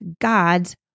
God's